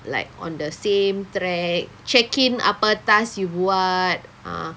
like on the same track check in apa task you buat ah